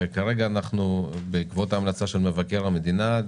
וכרגע בעקבות ההמלצה של מבקר המדינה אנחנו